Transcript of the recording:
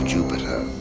Jupiter